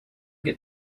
get